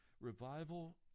Revival